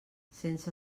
sense